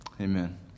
amen